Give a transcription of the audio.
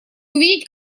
увидеть